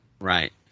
Right